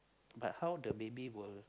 but how the baby will